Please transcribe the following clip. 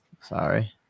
Sorry